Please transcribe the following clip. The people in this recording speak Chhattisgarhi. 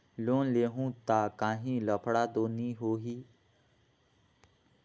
लोन लेहूं ता काहीं लफड़ा तो नी होहि?